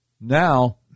Now